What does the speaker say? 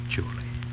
Julie